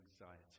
anxiety